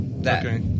Okay